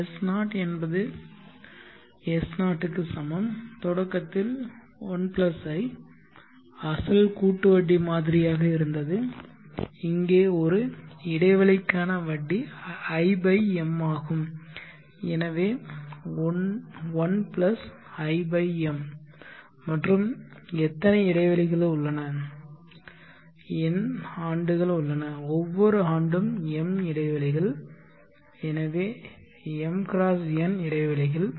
Sn என்பது S0 க்கு சமம் தொடக்கத்தில் 1 i அசல் கூட்டு வட்டி மாதிரியாக இருந்தது இங்கே ஒரு இடைவெளிக்கான வட்டி i m ஆகும் எனவே 1 பிளஸ் i m மற்றும் எத்தனை இடைவெளிகள் உள்ளன n ஆண்டுகள் உள்ளன ஒவ்வொரு ஆண்டும் m இடைவெளிகள் எனவே m × n இடைவெளிகள்